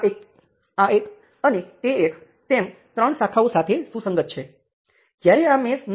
મહત્વની વાત એ છે કે આ R હવે અસંમિત છે